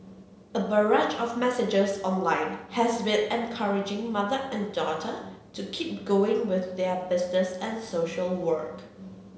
a barrage of messages online has been encouraging mother and daughter to keep going with their business and social work